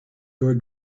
your